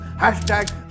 Hashtag